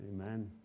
Amen